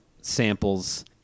samples